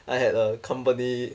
I had a company